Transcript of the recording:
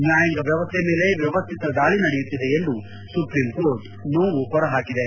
ನ್ವಾಯಾಂಗ ವ್ಯವಸ್ಥೆ ಮೇಲೆ ವ್ಯವಸ್ಥಿತ ದಾಳಿ ನಡೆಯುತ್ತಿದೆ ಎಂದು ಸುಪ್ರೀಂಕೋರ್ಟ್ ನೋವು ಹೊರಹಾಕಿದೆ